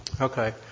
Okay